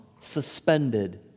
suspended